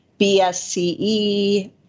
bsce